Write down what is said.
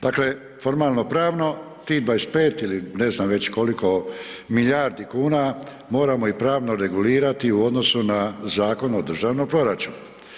Dakle, formalnopravno tih 25 ili ne znam već koliko milijardi kuna moramo i pravno regulirati u odnosu na Zakon o državnom proračunu.